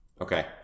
Okay